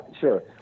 sure